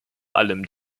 allem